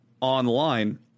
online